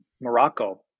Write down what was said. Morocco